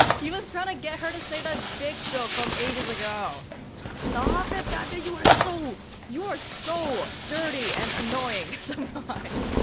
he was trying to get her to say that dick joke from ages ago stop it date, you are so you are so dirty and annoying sometimes